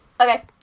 Okay